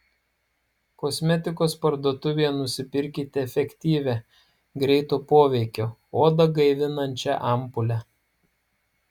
kosmetikos parduotuvėje nusipirkite efektyvią greito poveikio odą gaivinančią ampulę